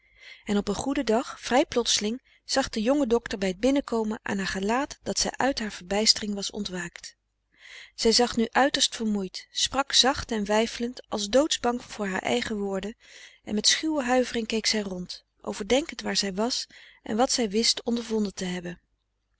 en op een goeden dag vrij plotseling zag de jonge docter bij t binnenkomen aan haar gelaat dat zij uit haar verbijstering was ontwaakt zij zag nu uiterst vermoeid sprak zacht en weifelend als doodsbang voor haar eigen woorden en met schuwe huivering keek zij rond overdenkend waar zij was en wat zij wist ondervonden te hebben